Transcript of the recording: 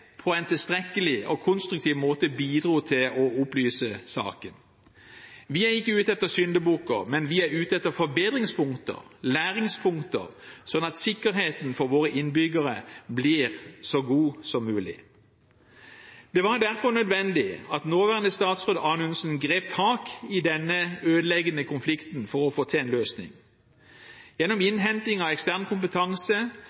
på en tilstrekkelig og konstruktiv måte bidro til å opplyse saken. Vi er ikke ute etter syndebukker, men vi er ute etter forbedringspunkter, læringspunkter, sånn at sikkerheten for våre innbyggere blir så god som mulig. Det var derfor nødvendig at nåværende statsråd Anundsen grep tak i denne ødeleggende konflikten for å få til en løsning. Gjennom innhenting av ekstern kompetanse